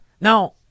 Now